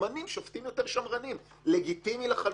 ממנים שופטים יותר שמרניים לגיטימי לחלוטין,